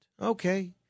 Okay